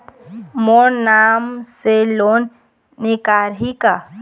मोर नाम से लोन निकारिही का?